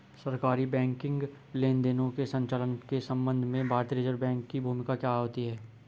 सरकारी बैंकिंग लेनदेनों के संचालन के संबंध में भारतीय रिज़र्व बैंक की भूमिका क्या होती है?